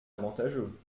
avantageux